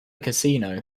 casino